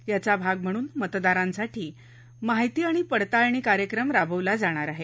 याचा भाग म्हणून मतदारांसाठी माहिती आणि पडताळणी कार्यक्रम राबवला जाणार आहे